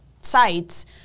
sites